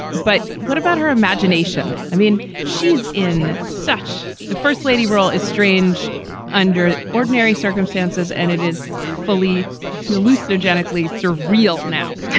but what about her imagination? i mean, she's in such the first lady role is strange under ordinary circumstances, and it is fully hallucinogenic. lists are real. now,